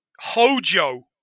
Hojo